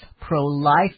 pro-life